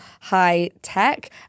high-tech